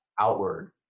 outward